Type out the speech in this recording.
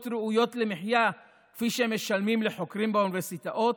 ראויות למחיה כפי שמשלמים לחוקרים באוניברסיטאות?